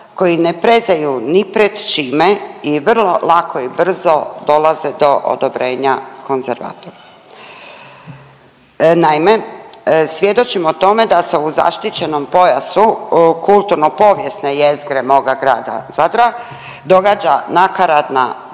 koji ne prezaju ni pred čime i vrlo lako i brzo dolaze do odobrenja konzervatora. Naime, svjedočimo tome da se u zaštićenom pojasu kulturno-povijesne jezgre moga grada Zadra događa nakaradna gradnja